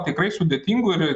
tikrai sudėtingų ir